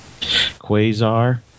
Quasar